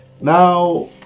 Now